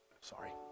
Sorry